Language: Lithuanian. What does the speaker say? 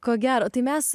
ko gero tai mes